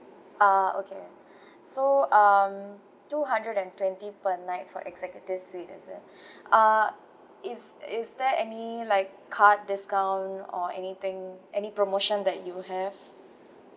ah okay so um two hundred and twenty per night for executive suite is it uh is is there any like card discount or anything any promotion that you have